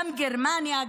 גם גרמניה,